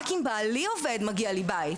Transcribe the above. רק אם בעלי עובד, מגיע לי בית.